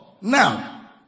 Now